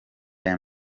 aya